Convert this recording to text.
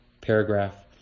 paragraph